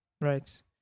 Right